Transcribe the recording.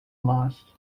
lost